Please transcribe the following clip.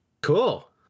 Cool